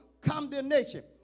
condemnation